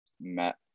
met